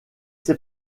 ses